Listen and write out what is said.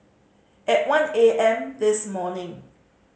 at one A M this morning